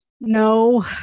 No